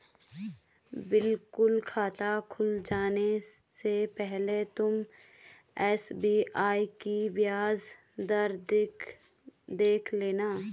बिल्कुल खाता खुल जाने से पहले तुम एस.बी.आई की ब्याज दर देख लेना